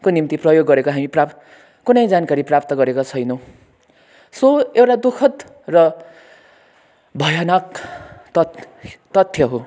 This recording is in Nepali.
को निम्ति प्रयोग गरेको हामी प्राप्त कुनै जानकारी प्राप्त गरेको छैनौँ सो एउटा दुखःद र भयानक तथ्य तथ्य हो